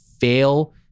fail